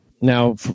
Now